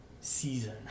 season